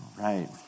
Right